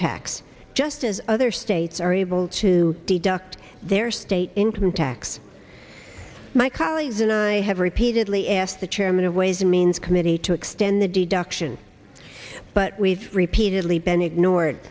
tax just as other states are able to deduct their state income tax my colleagues and i have repeatedly asked the chairman of ways and means committee to extend the deduction but we've repeatedly been ignored